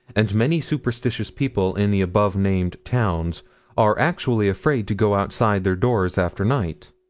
and many superstitious people in the above-named towns are actually afraid to go outside their doors after night.